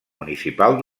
municipal